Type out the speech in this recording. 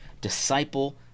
Disciple